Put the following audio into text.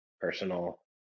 personal